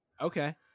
okay